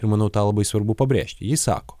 ir manau tą labai svarbu pabrėžti ji sako